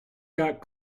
got